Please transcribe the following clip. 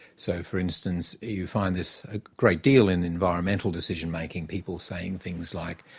so, for instance, you find this a great deal in environmental decision-making, people saying things like,